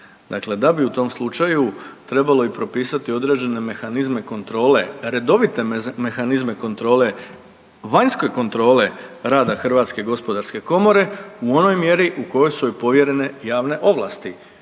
Dakle, da bi u tom slučaju trebalo propisati i određene mehanizme kontrole, redovite mehanizme kontrole, vanjske kontrole rada Hrvatske gospodarske komore u onoj mjeri u kojoj su joj povjerene javne ovlasti.